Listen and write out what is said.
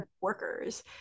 workers